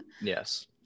Yes